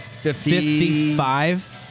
fifty-five